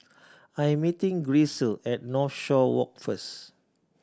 I'm meeting Grisel at Northshore Walk first